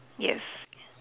yes